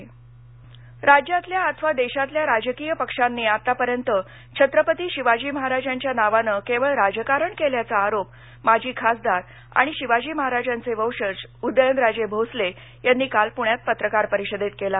उदयनराजे राज्यातल्या अथवा देशातल्या राजकीय पक्षांनी आत्तापर्यंत छत्रपती शिवाजी महाराजांच्या नावानं केवळ राजकारण केल्याचा आरोप माजी खासदार आणि शिवाजी महाराजांचे वंशज उदयनराजे भोसले यांनी काल पुण्यात पत्रकार परिषदेत केला